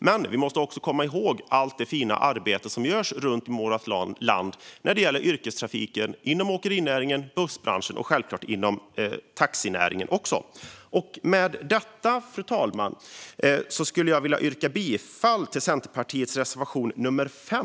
Men vi måste också komma ihåg allt det fina arbete som görs runt om i vårt land när det gäller yrkestrafiken inom åkerinäringen, bussbranschen och självklart även taxinäringen. Med detta, fru talman, skulle jag vilja yrka bifall till Centerpartiets reservation nummer 5.